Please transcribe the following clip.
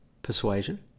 persuasion